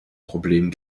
problem